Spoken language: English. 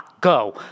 go